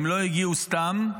הם לא הגיעו סתם,